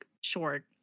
short